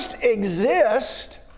exist